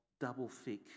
double-thick